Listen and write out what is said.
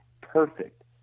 perfect